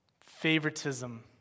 Favoritism